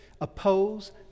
oppose